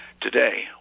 Today